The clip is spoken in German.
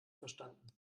verstanden